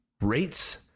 rates